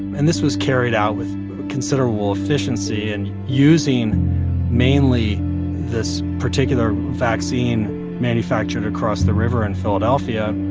and this was carried out with considerable efficiency and using mainly this particular vaccine manufactured across the river in philadelphia.